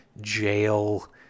jail